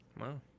Wow